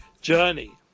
journey